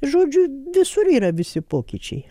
žodžiu visur yra visi pokyčiai